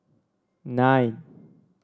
nine